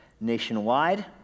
nationwide